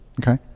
Okay